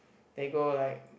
they go like